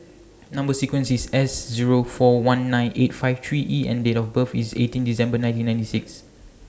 Number sequence IS S Zero four one nine eight five three E and Date of birth IS eighteen December nineteen sixty six